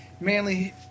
manly